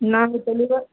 நாங்கள் சொல்லி தான்